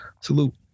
salute